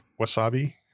Wasabi